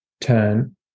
turn